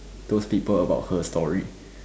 those people about her story